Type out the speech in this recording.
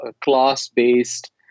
class-based